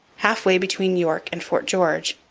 half-way between york and fort george,